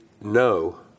no